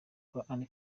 anne